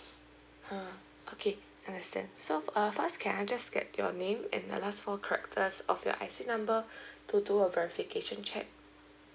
uh okay understand so uh first can I just get your name it last four characters of your I_C number to do a verification checked